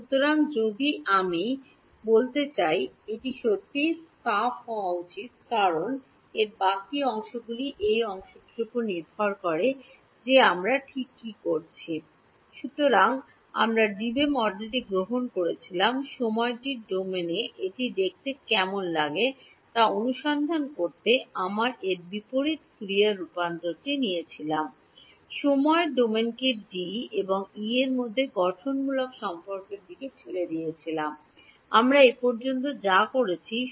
সুতরাং যদি আমি বলতে চাইছি এটি সত্যই সাফ হওয়া উচিত কারণ এর বাকী অংশগুলি এই অংশটির উপর নির্ভর করে যে আমরা ঠিক কী করেছি very সুতরাং আমরা দেবি মডেলটি গ্রহণ করেছিলাম সময়টির ডোমেনে এটি দেখতে কেমন লাগে তা অনুসন্ধান করতে আমরা এর বিপরীত ফুরিয়ার রূপান্তরটি নিয়েছিলাম সময় ডোমেনকে ডি এবং ই এর মধ্যে গঠনমূলক সম্পর্কের দিকে ঠেলে দিয়েছিলাম আমরা এ পর্যন্ত যা করেছি তা